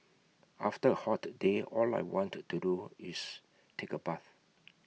after A hot day all I want to do is take A bath